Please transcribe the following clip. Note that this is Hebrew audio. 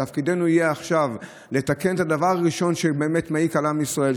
תפקידנו יהיה עכשיו לתקן את הדבר הראשון שמעיק על עם ישראל,